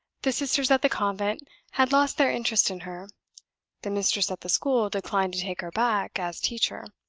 the sisters at the convent had lost their interest in her the mistress at the school declined to take her back as teacher,